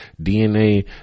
DNA